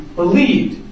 believed